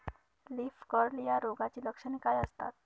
Leaf curl या रोगाची लक्षणे काय असतात?